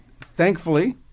thankfully